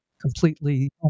completely